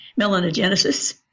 melanogenesis